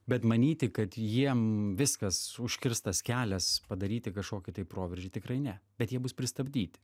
bet manyti kad jiem viskas užkirstas kelias padaryti kažkokį proveržį tikrai ne bet jie bus pristabdyti